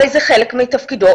הרי זה חלק מתפקידו,